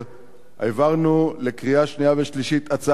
העברנו לקריאה שנייה ושלישית הצעה שנוגעת